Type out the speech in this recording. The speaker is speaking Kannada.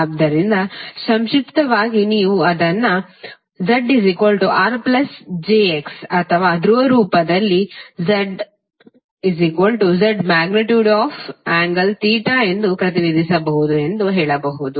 ಆದ್ದರಿಂದ ಸಂಕ್ಷಿಪ್ತವಾಗಿ ನೀವು Z ಅನ್ನು Z R jX ಅಥವಾ ಧ್ರುವ ರೂಪದಲ್ಲಿ ZZ∠θ ಎಂದು ಪ್ರತಿನಿಧಿಸಬಹುದು ಎಂದು ಹೇಳಬಹುದು